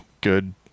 good